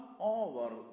over